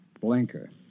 Blinker